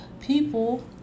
people